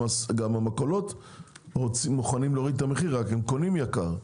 גם המכולות מוכנים להוריד את המחיר אבל הם קונים במחיר יקר.